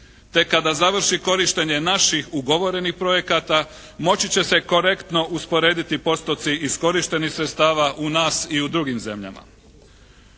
Tek kada završi korištenje naših ugovorenih projekata moći će se korektno usporediti postoci iskorištenih sredstava u nas i u drugim zemljama.